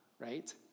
right